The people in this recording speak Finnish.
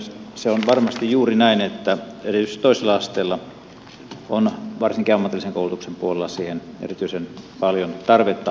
se on varmasti juuri näin että erityisesti toisella asteella on varsinkin ammatillisen koulutuksen puolella siihen erityisen paljon tarvetta